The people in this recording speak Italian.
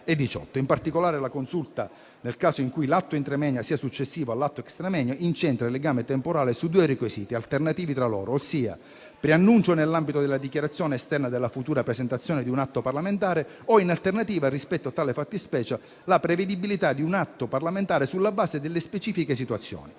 In particolare la Consulta, nel caso in cui l'atto *intra moenia* sia successivo all'atto *extra moenia*, incentra il legame temporale su due requisiti alternativi tra loro, ossia preannuncio nell'ambito della dichiarazione esterna della futura presentazione di un atto parlamentare o, in alternativa rispetto a tale fattispecie, la prevedibilità di un atto parlamentare sulla base delle specifiche situazioni.